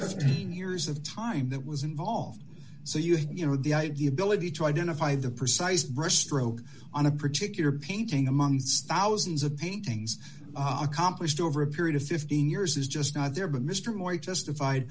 fifteen years of time that was involved so you had you know the idea ability to identify the precise brush stroke on a particular painting amongst thousands of paintings accomplished over a period of fifteen years is just not there but mr mori testified